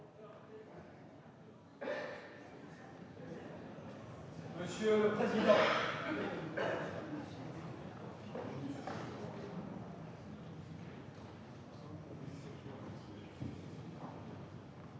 Monsieur le président,